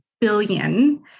billion